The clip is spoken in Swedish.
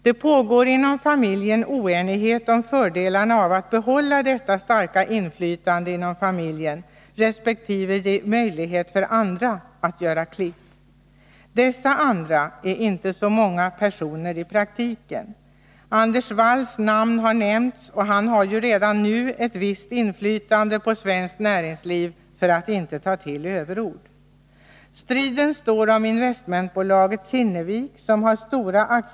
Det finns inom familjen oenighet om fördelarna av att behålla detta starka inflytande inom familjen resp. ge möjlighet för andra att göra ”klipp”. Dessa andra är inte så många personer i praktiken. Anders Walls namn har nämnts, och han har ju redan nu ett visst inflytande på svenskt näringsliv för att inte ta till överord.